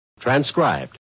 Transcribed